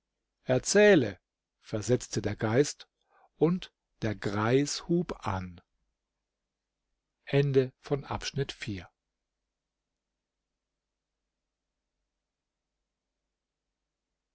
erzähle versetzte der geist und der greis hub an